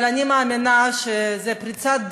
אבל אני מאמינה שזאת פריצת דרך,